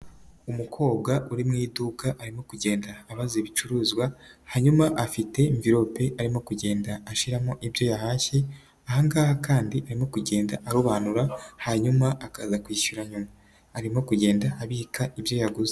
Umukobwa uri mu iduka arimo kugenda abaza ibicuruzwa, hanyuma afite mvilope arimo kugenda ashyiraramo ibyo yahashye, aha ngaha kandi arimo kugenda arobanura, hanyuma akaza kwishyura nyuma, arimo kugenda abika ibyo yaguze.